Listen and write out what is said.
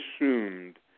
assumed